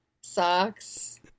socks